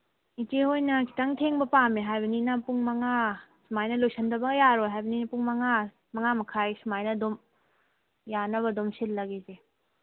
ꯏꯆꯦ ꯍꯣꯏꯅ ꯈꯤꯇꯪ ꯊꯦꯡꯕ ꯄꯥꯝꯃꯦ ꯍꯥꯏꯕꯅꯤꯅ ꯄꯨꯡ ꯃꯉꯥ ꯁꯨꯃꯥꯏꯅ ꯂꯣꯏꯁꯤꯟꯗꯕ ꯌꯥꯔꯣꯏ ꯍꯥꯏꯕꯅꯤꯅ ꯄꯨꯡ ꯃꯉꯥ ꯃꯉꯥ ꯃꯈꯥꯏ ꯁꯨꯃꯥꯏꯅ ꯑꯗꯨꯝ ꯌꯥꯅꯕ ꯑꯗꯨꯝ ꯁꯤꯜꯂꯒꯦ ꯏꯆꯦ